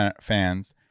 fans